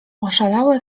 oszalałe